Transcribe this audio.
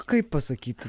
kaip pasakyt